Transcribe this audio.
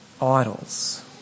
idols